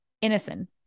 Innocent